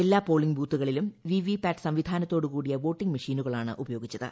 എല്ലാ പോളിങ് ബൂത്തുകളിലും VVPAT സംവിധാനത്തോടു കൂട്ടീയ് വോട്ടിംഗ് മെഷീനുകളാണ് ഉപയോഗിച്ചത്